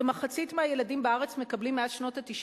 כמחצית מהילדים בארץ מקבלים מאז שנות ה-90